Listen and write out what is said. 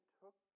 took